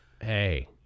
Hey